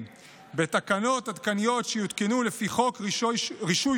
אני מתכבד להציג בפניכם את הצעת חוק רישוי